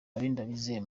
umuyobozi